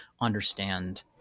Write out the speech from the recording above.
understand